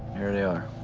here they are.